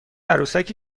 عروسکی